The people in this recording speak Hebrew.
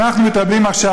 אנחנו מתאבלים עכשיו,